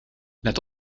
let